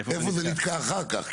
איפה זה נתקע אחר כך?